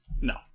No